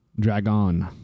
Dragon